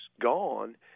gone